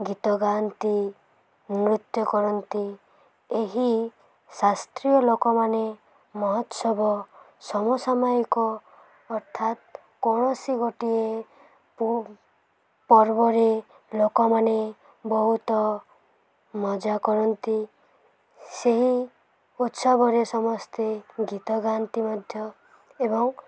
ଗୀତ ଗାଆନ୍ତି ନୃତ୍ୟ କରନ୍ତି ଏହି ଶାସ୍ତ୍ରୀୟ ଲୋକମାନେ ମହୋତ୍ସବ ସମସାମୟିକ ଅର୍ଥାତ କୌଣସି ଗୋଟିଏ ପର୍ବରେ ଲୋକମାନେ ବହୁତ ମଜା କରନ୍ତି ସେହି ଉତ୍ସବରେ ସମସ୍ତେ ଗୀତ ଗାଆନ୍ତି ମଧ୍ୟ ଏବଂ